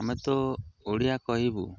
ଆମେ ତ ଓଡ଼ିଆ କହିବୁ